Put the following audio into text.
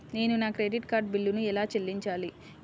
నేను నా credit card బిల్లును ఎలా చెల్లించాలీ?